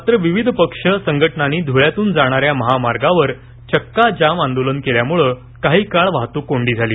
मात्र विविध पक्ष संघटनांनी धुळ्यातून जाणार्याय महामार्गावर चक्काजाम आंदोलन केल्यानं काही काळ वाहतूक कोंडी झाली